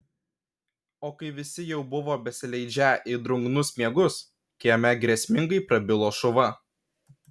o kai visi jau buvo besileidžią į drungnus miegus kieme grėsmingai prabilo šuva